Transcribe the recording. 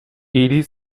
hiri